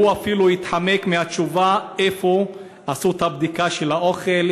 והוא אפילו התחמק מהתשובה איפה עשו את הבדיקה של האוכל,